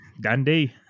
Dandy